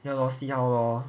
ya lor see how lor